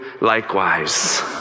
likewise